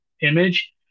image